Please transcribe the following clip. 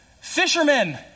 Fishermen